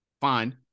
fine